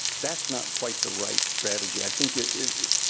that's not quite the right strategy. i think it,